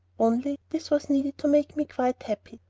only this was needed to make me quite happy.